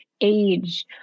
age